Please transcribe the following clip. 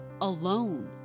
alone